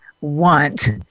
want